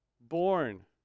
born